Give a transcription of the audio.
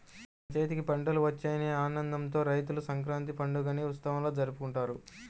తమ చేతికి పంటలు వచ్చాయనే ఆనందంతో రైతులు సంక్రాంతి పండుగని ఉత్సవంలా జరుపుకుంటారు